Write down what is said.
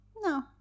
no